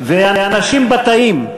האנשים בתאים,